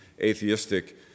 atheistic